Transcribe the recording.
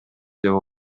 деп